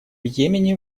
йемене